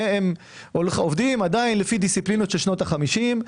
הם עובדים עדיין לפי דיסציפלינות של שנות ה-50'.